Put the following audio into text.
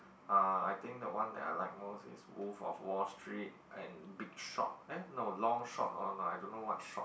ah I think the one that I like most is Wolf of Wall Street and bigshot eh no Longshot or no I don't know what shot